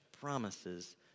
promises